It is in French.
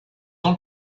ans